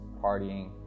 partying